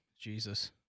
Jesus